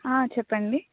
చెప్పండి